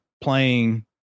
playing